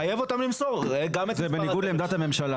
לחייב אותם למסור גם את מספר הטלפון --- זה בניגוד לעמדת הממשלה.